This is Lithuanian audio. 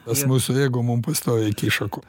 pas mus jeigu mum pastoviai kiša koją